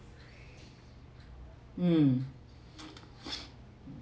um